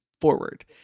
forward